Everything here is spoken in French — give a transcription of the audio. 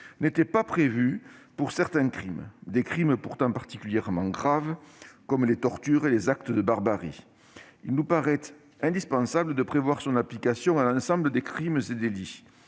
n'était pas prévue pour certains crimes pourtant particulièrement graves, comme la torture et les actes de barbarie. Il nous paraît indispensable de l'étendre à l'ensemble des crimes et délits.